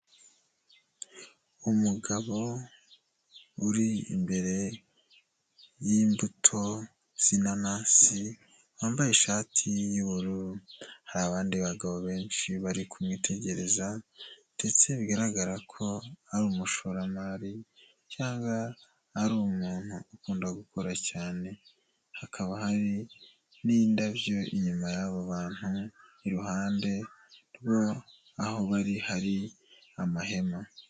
Umugabo uri imbere y'imbuto z'inanasi, wambaye ishati y'ubururu. Hari abandi bagabo benshi bari kumwitegereza, ndetse bigaragara ko ari umushoramari cyangwa ari umuntu ukunda gukora cyane. Hakaba hari n'indabyo, inyuma y'abo bantu hari amahema.